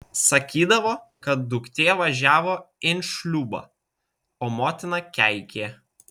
sakydavo kad duktė važiavo in šliūbą o motina keikė